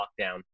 lockdown